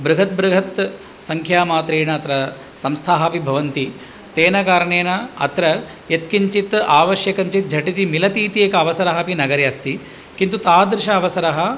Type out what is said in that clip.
बृहत् बृहत् संख्यामात्रेण अत्र संस्थाः अपि भवन्ति तेन कारणेन अत्र यत्किञ्चित् आवश्यकञ्चित् झटिति मिलति इति एकः अवसरः अपि नगरे अस्ति किन्तु तादृशः अवसरः